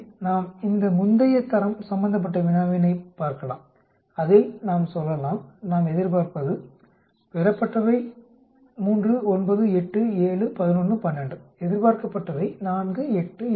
எனவே நாம் இந்த முந்தைய தரம் சம்பந்தப்பட்ட வினாவினைப் பார்க்கலாம் அதில் நாம் சொல்லலாம் நாம் எதிர்பார்ப்பது பெறப்பட்டவை 3 9 8 7 11 12 எதிர்பார்க்கப்பட்டவை 4 8 8 6 12 12